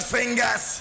Fingers